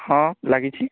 ହଁ ଲାଗିଛି